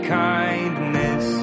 kindness